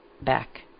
back